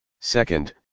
Second